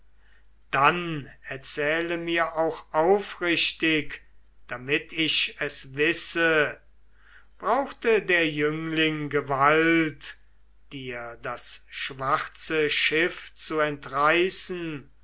dann erzähle mir auch aufrichtig damit ich es wisse brauchte der jüngling gewalt dir das schwarze schiff zu entreißen